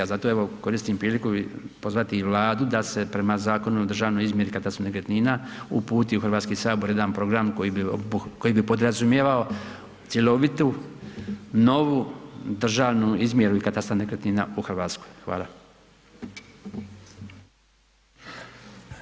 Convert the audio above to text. Zato evo koristim priliku pozvati i Vladu da se prema Zakonu o državnoj izmjeri katarskih nekretnina uputi u Hrvatski sabor jedan program koji bi podrazumijevao cjelovitu, novu državnu izmjeru i katastar nekretnina u Hrvatskoj.